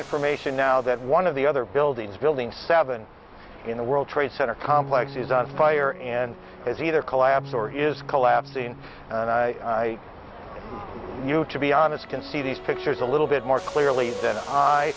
information now that one of the other buildings building seven in the world trade center complex is on fire and has either collapse or is collapsing and i know to be honest can see these pictures a little bit more clearly